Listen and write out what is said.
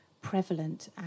prevalent